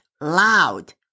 loud